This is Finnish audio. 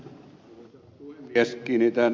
arvoisa puhemies